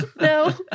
no